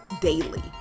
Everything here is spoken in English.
daily